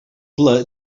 ple